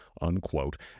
unquote